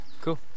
cool